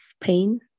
pain